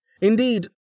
Indeed